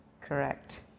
Correct